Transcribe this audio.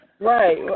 Right